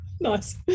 Nice